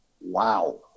wow